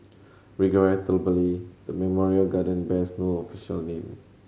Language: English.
regrettably the memorial garden bears no official name